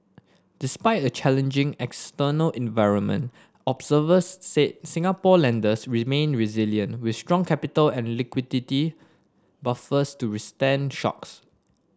despite a challenging external environment observers said Singapore lenders remain resilient with strong capital and liquidity buffers to withstand shocks